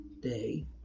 day